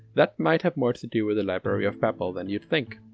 that might have more to do with the library of babel than you'd think.